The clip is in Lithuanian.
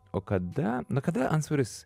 o kada na kada antsvoris